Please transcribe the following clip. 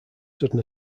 sudden